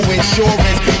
insurance